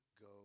go